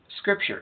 scripture